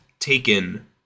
Taken